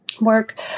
work